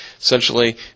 Essentially